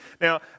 Now